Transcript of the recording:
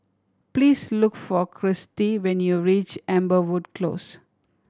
please look for Christi when you reach Amberwood Close